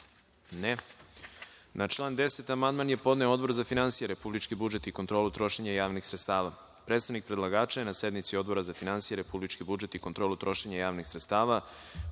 (Ne.)Na član 10. amandman je podneo Odbor za finansije, republički budžet i kontrolu trošenja javnih sredstava. Predstavnik predlagača je na sednici Odbor za finansije, republički budžet i kontrolu trošenja javnih sredstava